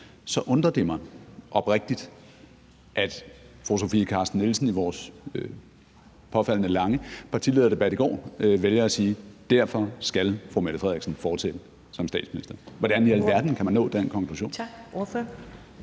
så undrer det mig oprigtigt, at fru Sofie Carsten Nielsen i vores påfaldende lange partilederdebat i går vælger at sige, at derfor skal fru Mette Frederiksen fortsætte som statsminister. Hvordan i alverden kan man nå den konklusion?